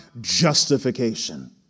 justification